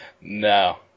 No